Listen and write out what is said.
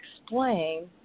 explain